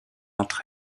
entre